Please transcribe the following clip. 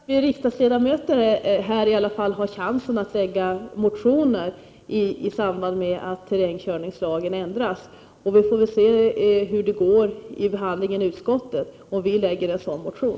Herr talman! Vi riksdagsledamöter har i alla fall chansen att väcka motioner i samband med att terrängkörningslagen ändras. Vi får väl se hur det går vid behandlingen i utskottet, om vi framlägger en sådan motion.